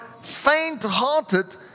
faint-hearted